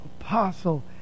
apostle